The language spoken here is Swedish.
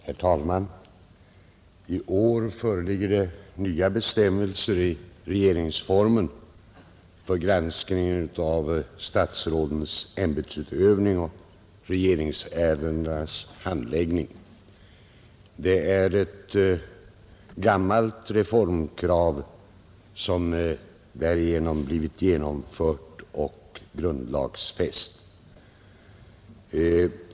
Herr talman! I år föreligger det nya bestämmelser i regeringsformen för granskningen av statsrådens ämbetsutövning och regeringsärendenas handläggning. Det är ett gammalt reformkrav som därigenom blivit genomfört och grundlagsfäst.